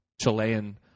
Chilean